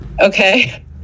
Okay